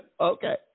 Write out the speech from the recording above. Okay